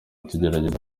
tugerageza